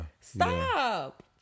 Stop